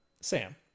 Sam